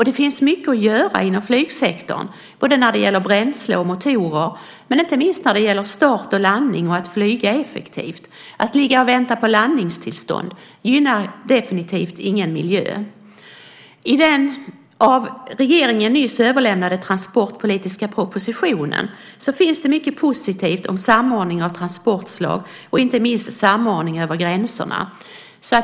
Det finns mycket att göra inom flygsektorn när det gäller både bränsle och motorer, men inte minst när det gäller start och landning och att flyga effektivt. Att behöva vänta på landningstillstånd gynnar definitivt ingen miljö. I den av regeringen nyss överlämnade transportpolitiska propositionen finns det mycket positivt om samordning av transportslag och inte minst samordning över gränserna.